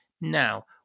now